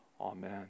Amen